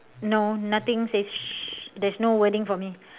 no nothing says sh~ there's no wording for me